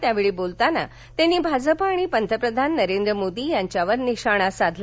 यावेळी बोलताना त्यांनी भाजपा आणि पंतप्रधान नरेंद्र मोदी यांच्यावर निशाणा साधला